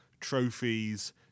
trophies